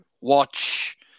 watch